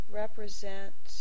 represent